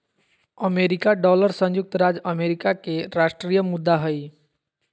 America dollar संयुक्त राज्य America के राष्ट्रीय मुद्रा हइ